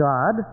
God